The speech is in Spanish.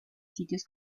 sitios